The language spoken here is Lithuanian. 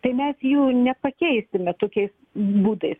tai mes jų nepakeisime tokiais būdais